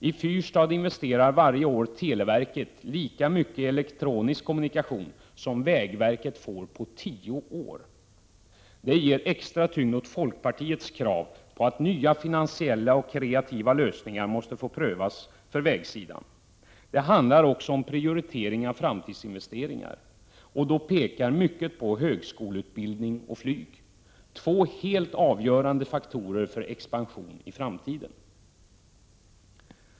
I Fyrstad investerar televerket varje år lika mycket i elektronisk kommunikation som vägverket får på tio år. Det ger extra tyngd åt folkpartiets krav på att nya finansiella och kreativa lösningar måste få prövas på vägsidan. Det handlar också om prioritering av framtidsinvesteringar. Och då pekar mycket på högskoleutbildning och flyg, två helt avgörande faktorer för expansion i framtiden.